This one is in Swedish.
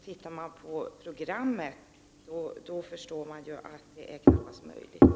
Tittar man på programmet förstår man att detta knappast är möjligt.